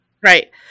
right